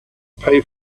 pay